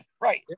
Right